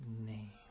name